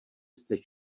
jste